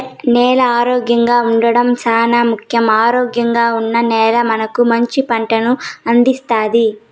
నేల ఆరోగ్యంగా ఉండడం చానా ముఖ్యం, ఆరోగ్యంగా ఉన్న నేల మనకు మంచి పంటలను అందిస్తాది